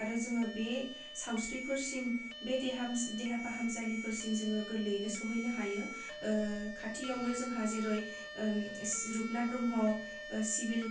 आरो जोङो बे सावस्रिफोरसिम बे देहा फाहामसालिफोरसिम जोङो गोरलैयैनो सौहैनो हायो खाथियावनो जोंहा जेरै रुपनाथ ब्रह्म सिभिल